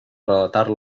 relatar